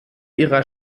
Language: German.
ihrer